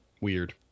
Weird